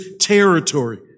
territory